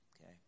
Okay